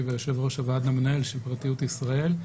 ויושב-ראש הוועד המנהל של פרטיות ישראל,